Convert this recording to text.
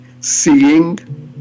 Seeing